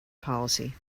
policy